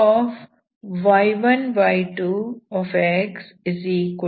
y2 y2y1